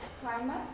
climate